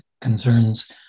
concerns